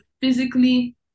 physically